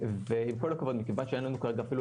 עם כל הכבוד מכיוון שאין לנו כרגע אפילו